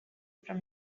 from